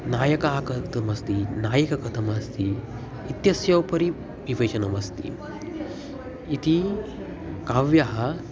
नायकः कथमस्ति नायिका कथमस्ति इत्यस्य उपरि निवेशनमस्ति इति काव्यं